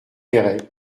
perret